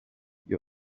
you